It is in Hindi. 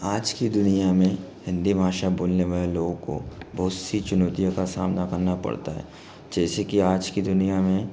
आज की दुनिया में हिंदी भाषा बोलने वाले लोगो को बहुत सी चुनौतियो का सामना करना पड़ता है जैसे कि आज की दुनिया में